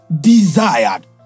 desired